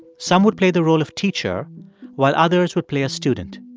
some would play the role of teacher while others would play a student.